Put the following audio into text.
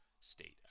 state